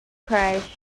crash